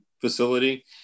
facility